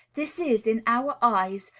this is, in our eyes,